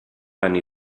anni